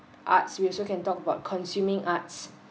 arts we also can talk about consuming arts